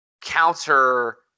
counter